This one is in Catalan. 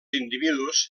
individus